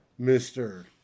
Mr